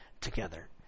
together